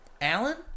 Alan